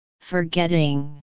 Forgetting